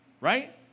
Right